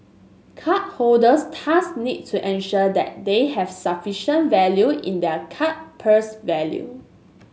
card holders thus need to ensure that they have sufficient value in their card's purse value